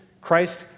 Christ